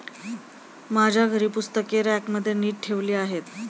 माझ्या घरी पुस्तके रॅकमध्ये नीट ठेवली आहेत